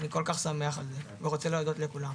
אני כל כך שמח על זה, ואני רוצה להודות לכולם.